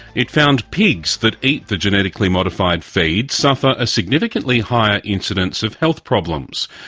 it found pigs that eat the genetically modified feed suffer a significantly higher incidence of health problems.